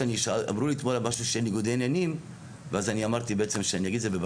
אמרו לי אתמול שאין ניגודי עניינים ואז אני אמרתי בעצם שאני אגיד את זה,